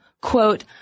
Quote